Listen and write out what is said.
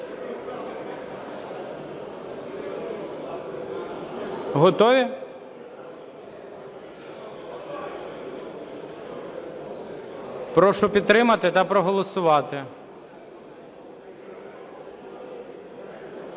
Готові? Прошу підтримати та проголосувати.